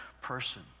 person